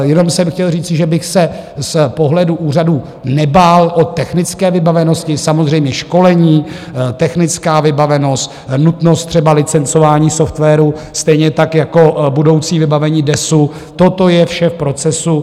Jenom jsem chtěl říci, že bych se z pohledu úřadů nebál o technické vybavenosti samozřejmě školení, technická vybavenost, nutnost třeba licencování softwaru, stejně tak jako budoucí vybavení DESÚ, toto je vše v procesu.